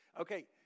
okay